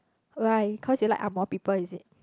like cause you like angmoh people is it